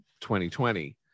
2020